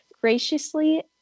graciously